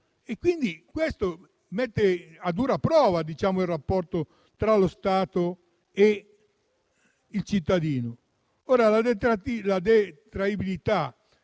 della norma mette a dura prova il rapporto tra lo Stato e il cittadino. La detraibilità